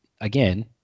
again